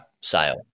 sale